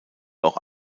auch